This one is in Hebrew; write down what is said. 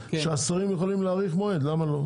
סעיפים שהשרים יכולים להאריך מועד, למה לא?